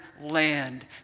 land